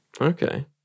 Okay